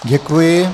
Děkuji.